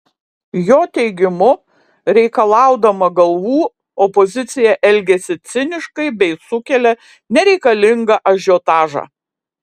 jo teigimu reikalaudama galvų opozicija elgiasi ciniškai bei sukelia nereikalingą ažiotažą